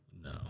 No